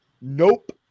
nope